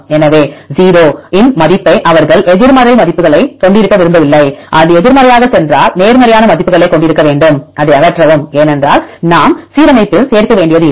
எனவே 0 இன் மதிப்பு அவர்கள் எதிர்மறை மதிப்புகளைக் கொண்டிருக்க விரும்பவில்லை அது எதிர்மறையாகச் சென்றால் நேர்மறையான மதிப்புகளைக் கொண்டிருக்க வேண்டும் அதை அகற்றவும் ஏனென்றால் நாம் சீரமைப்பில் சேர்க்க வேண்டியதில்லை